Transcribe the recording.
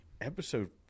episode